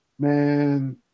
Man